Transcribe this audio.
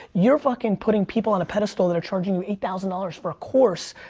you're fucking putting people on a pedastal that are charging you eight thousand dollars for a course.